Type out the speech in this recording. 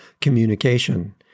communication